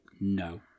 no